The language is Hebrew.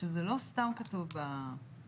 שזה לא סתם כתוב בהחלטה.